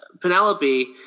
Penelope